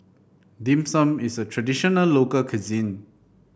Dim Sum is a traditional local cuisine